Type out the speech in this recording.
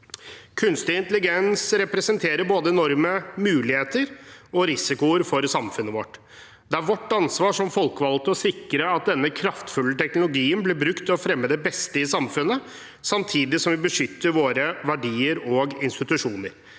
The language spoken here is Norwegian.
Kunstig intelligens representerer både enorme muligheter og risikoer for samfunnet vårt. Det er vårt ansvar som folkevalgte å sikre at denne kraftfulle teknologien blir brukt til å fremme det beste i samfunnet, samtidig som vi beskytter våre verdier og institusjoner.